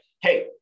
hey